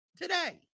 Today